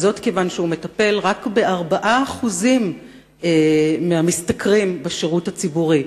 וזאת כיוון שהוא מטפל רק ב-4% מהמשתכרים בשירות הציבורי,